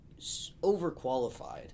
overqualified